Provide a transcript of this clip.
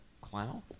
clown